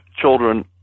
children